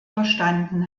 verstanden